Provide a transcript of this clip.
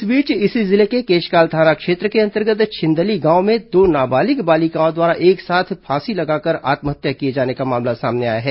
इस बीच इसी जिले के केशकाल थाना क्षेत्र अंतर्गत छिंदली गांव में दो नाबालिग बालिकाओं द्वारा एक साथ फांसी लगाकर आत्महत्या किए जाने का मामला सामने आया है